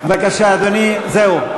בבקשה, אדוני, זהו.